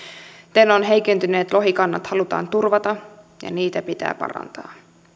tenon heikentyneet lohikannat halutaan turvata ja niitä pitää parantaa